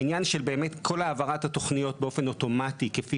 העניין של באמת כל העברת התוכניות באופן אוטומטי כפי